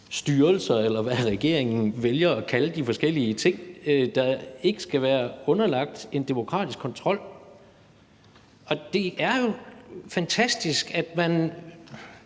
styrelser, eller hvad regeringen vælger at kalde de forskellige ting, der ikke skal være underlagt en demokratisk kontrol. Jeg synes, debatten